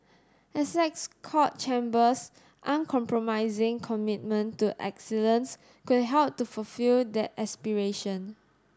Essex Court Chambers uncompromising commitment to excellence could help to fulfil that aspiration